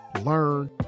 learn